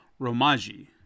Romaji